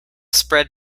spread